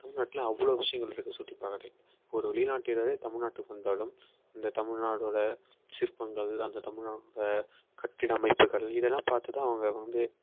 தமிழ்நாட்டில் அவ்வளோ விஷயங்கள் இருக்குது சுற்றி பார்க்குறதுக்கு ஒரு வெளிநாட்டினரே தமிழ்நாட்டுக்கு வந்தாலும் இந்த தமிழ்நாடோட சிற்பங்கள் அந்த தமிழ்நாடோட கட்டட அமைப்புகள் இதெல்லாம் பார்த்துதான் அவங்க வந்து